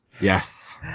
Yes